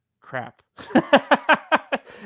Crap